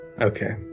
Okay